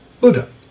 Buddha